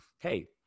hey